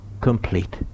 complete